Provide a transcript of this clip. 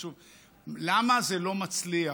למה זה לא מצליח.